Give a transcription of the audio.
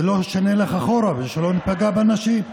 ושלא נלך אחורה ושלא נפגע באנשים.